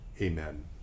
Amen